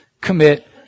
commit